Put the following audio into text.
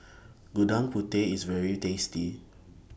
Gudeg Putih IS very tasty